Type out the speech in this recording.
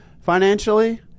financially